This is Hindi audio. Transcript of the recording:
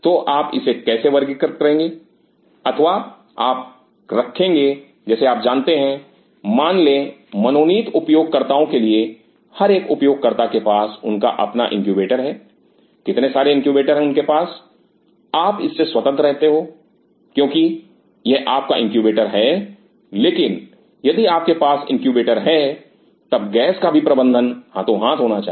तो आप इसे कैसे वर्गीकृत करेंगे अथवा आप रखेंगे जैसे आप जानते हैं मान ले मनोनीत उपयोगकर्ताओं के लिए हर उपयोगकर्ता के पास उनका अपना इनक्यूबेटर है कितने सारे इनक्यूबेटर उनके पास हैं आप इससे स्वतंत्र रहते हो क्योंकि यह आपका इनक्यूबेटर है लेकिन यदि आपके पास इनक्यूबेटर है तब गैस का भी प्रबंधन हाथों हाथ होना चाहिए